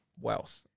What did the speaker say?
wealth